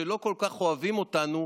שלא כל כך אוהבים אותנו,